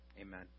amen